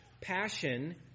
passion